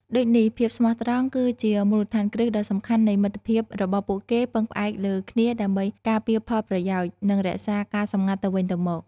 ដូចនេះភាពស្មោះត្រង់គឺជាមូលដ្ឋានគ្រឹះដ៏សំខាន់នៃមិត្តភាពរបស់ពួកគេពឹងផ្អែកលើគ្នាដើម្បីការពារផលប្រយោជន៍ និងរក្សាការសម្ងាត់ទៅវិញទៅមក ។